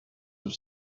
have